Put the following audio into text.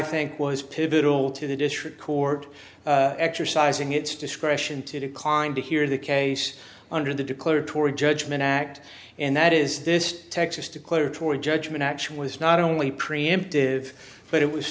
think was pivotal to the district court exercising its discretion to decline to hear the case under the declaratory judgment act and that is this texas declaratory judgment action was not only preemptive but it was